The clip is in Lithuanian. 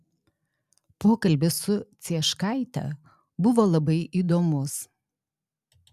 pokalbis su cieškaite buvo labai įdomus